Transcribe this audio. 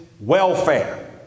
welfare